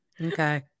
Okay